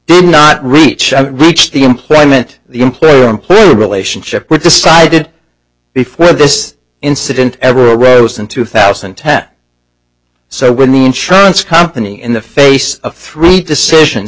did not reach reach the employment the employer employee relationship with decided before this incident ever arose in two thousand and ten or so when the insurance company in the face of three decisions